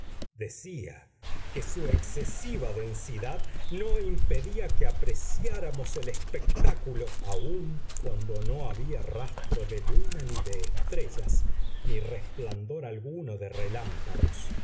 decía que su excesiva densidad no impedía que apreciáramos el espectáculo aun cuando no había rastro de luna ni de estrellas ni resplandor alguno de relámpagos